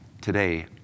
today